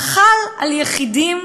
חל על יחידים,